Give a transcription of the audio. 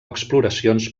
exploracions